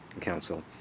Council